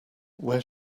where